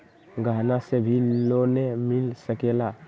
गहना से भी लोने मिल सकेला?